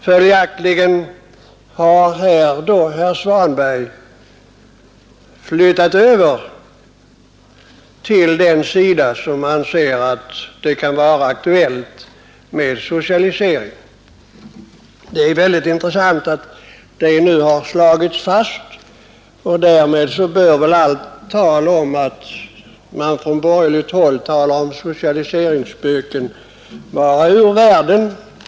Följaktligen har herr Svanberg flyttat över till den sida som anser att det kan vara aktuellt med socialisering. Det är mycket intressant att det nu har slagits fast. Därmed bör väl allt tal om att man från borgerligt håll talar om socialiseringsspöken vara ur världen.